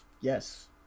Yes